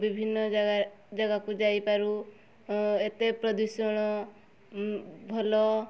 ବିଭିନ୍ନ ଜାଗା ଜାଗାକୁ ଯାଇପାରୁ ଏତେ ପ୍ରଦୂଷଣ ଭଲ